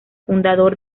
fundador